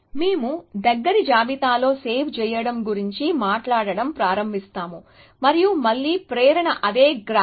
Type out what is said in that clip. మేము దగ్గరి జాబితాలో సేవ్ చేయడం గురించి మాట్లాడటం ప్రారంభిస్తాము మరియు మళ్ళీ ప్రేరణ అదే గ్రాఫ్